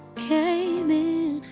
came in